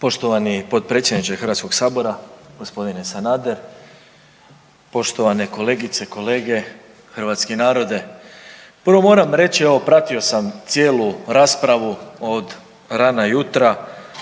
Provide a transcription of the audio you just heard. Poštovani potpredsjedniče HS-a g. Sanader. Poštovane kolegice i kolege, hrvatski narode. Prvo moram reći evo pratio sam cijelu raspravu od rana jutra,